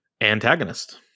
antagonist